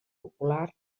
popular